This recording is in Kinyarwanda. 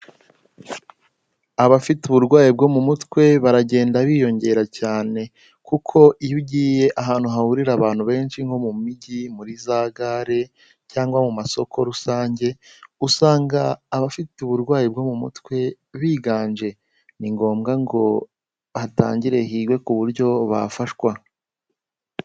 Abafite uburwayi bwo mu mutwe baragenda biyongera cyane kuko iyo ugiye ahantu hahurira abantu benshi nko mu mijyi, muri za gare cyangwa mu masoko rusange, usanga abafite uburwayi bwo mu mutwe biganje. Ni ngombwa ngo hatangire higwe ku buryo bafashwa.